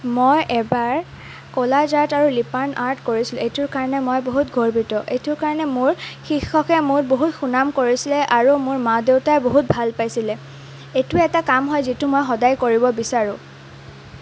মই এবাৰ collage art আৰু লিপাৰ্ণ আৰ্ট কৰিছিলো এইটোৰ কাৰণে মই বহুত গৰ্বিত এইটোৰ কাৰণে মোৰ শিক্ষকে মোৰ বহুত সুনাম কৰিছিলে আৰু মোৰ মা দেউতাই বহুত ভাল পাইছিলে এইটো এটা কাম হয় যিটো মই সদায় কৰিব বিচাৰোঁ